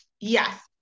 Yes